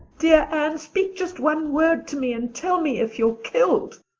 dear anne, speak just one word to me and tell me if you're killed.